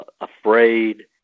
afraid